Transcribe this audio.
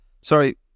sorry